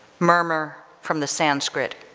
murmur from the sanskrit,